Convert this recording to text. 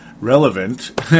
Relevant